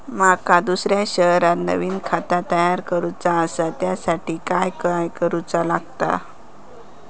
माका दुसऱ्या शहरात नवीन खाता तयार करूचा असा त्याच्यासाठी काय काय करू चा लागात?